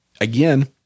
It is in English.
Again